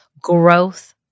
growth